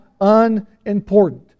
unimportant